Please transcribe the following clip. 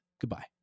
goodbye